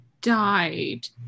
died